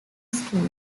street